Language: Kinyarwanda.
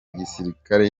gisirikare